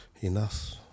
enough